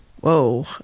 Whoa